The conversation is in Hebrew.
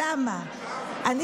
על כמה אתה תדון בוועדת הכספים.